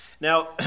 Now